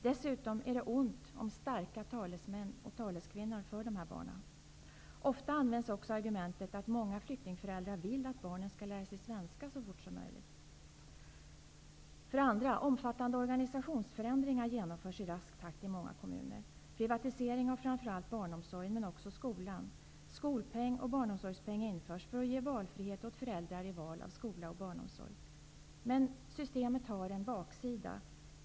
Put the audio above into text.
Dessutom är det ont om starka talesmän eller - kvinnor för dessa barn. Ofta används också argumentet att många flyktingföräldrar vill att barnen skall lära sig svenska så fort som möjligt. För det andra genomförs i rask takt omfattande organisationsförändringar i många kommuner. Det gäller privatisering av framför allt barnomsorgen, men också skolan. Skolpeng och barnomsorgspeng införs för att ge valfrihet åt föräldrar i val av skola och barnomsorg. Men systemet har en baksida.